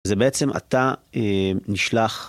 זה בעצם, אתה נשלח...